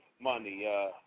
money